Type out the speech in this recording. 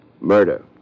Murder